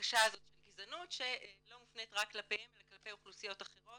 הקשה הזאת של גזענות שלא מופנית רק כלפיהם אלא כלפי אוכלוסיות אחרות